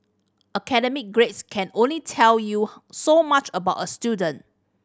academic grades can only tell you so much about a student